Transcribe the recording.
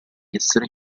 essere